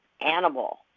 animal